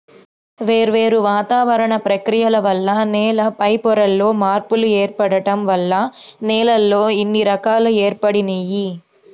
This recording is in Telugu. వేర్వేరు వాతావరణ ప్రక్రియల వల్ల నేల పైపొరల్లో మార్పులు ఏర్పడటం వల్ల నేలల్లో ఇన్ని రకాలు ఏర్పడినియ్యి